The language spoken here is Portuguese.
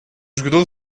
jogador